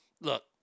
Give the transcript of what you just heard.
Look